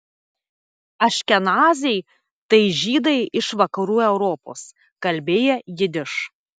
aškenaziai tai žydai iš vakarų europos kalbėję jidiš